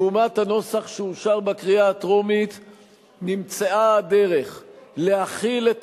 לעומת הנוסח שאושר בקריאה הטרומית נמצאה הדרך להחיל את